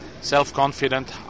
self-confident